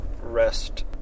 rest